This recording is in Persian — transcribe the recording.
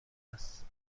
است